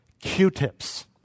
Q-tips